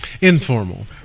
informal